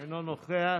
אינו נוכח.